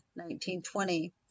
1920